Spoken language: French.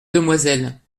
demoiselle